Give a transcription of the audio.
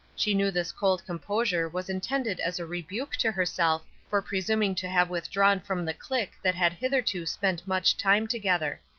she knew this cold composure was intended as a rebuke to herself for presuming to have withdrawn from the clique that had hitherto spent much time together.